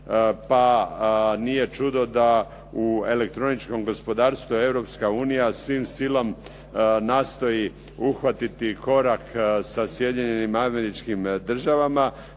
pa nije čudo da u elektroničkom gospodarstvu Europska unija svim silama nastoji uhvatiti korak sa Sjedinjenim Američkim Državama,